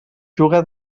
juga